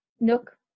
Nook